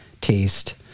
taste